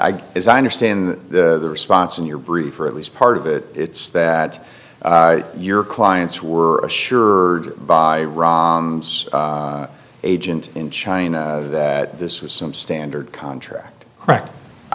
i as i understand the response in your brief or at least part of it it's that your clients were assured by agent in china that this was some standard contract correct i